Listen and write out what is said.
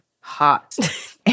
hot